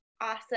awesome